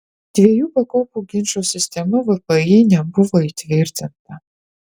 dviejų pakopų ginčo sistema vpį nebuvo įtvirtinta